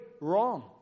wrong